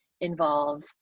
involve